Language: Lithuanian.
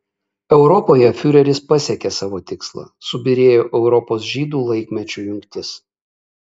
europoje fiureris pasiekė savo tikslą subyrėjo europos žydų laikmečių jungtis